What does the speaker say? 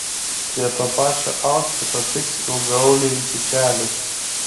prie to pačio autfito tiks ilgaauliai iki kelių